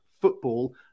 football